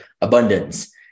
abundance